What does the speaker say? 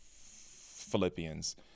Philippians